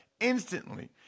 instantly